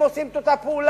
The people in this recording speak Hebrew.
הם עושים את אותה פעולה,